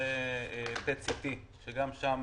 מכשירי פט-סי-טי, שגם שם